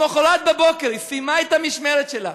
למחרת בבוקר היא סיימה את המשמרת שלה,